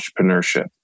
entrepreneurship